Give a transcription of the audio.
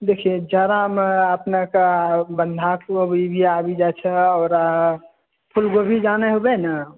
देखियौ जाड़ामे अपनेके बन्धा कोबी भी आबि जाइत छै आओर फूल गोभी जानैत हेबै ने